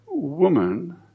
Woman